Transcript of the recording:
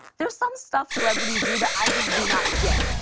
there's some stuff celebrities do that i just do not get.